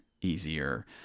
easier